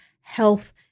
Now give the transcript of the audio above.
health